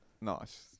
Nice